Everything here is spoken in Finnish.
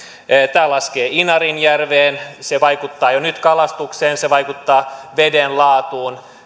tämä laskee inarijärveen ja se vaikuttaa jo nyt kalastukseen se vaikuttaa veden laatuun